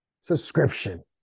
subscription